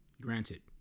Granted